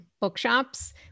bookshops